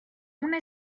una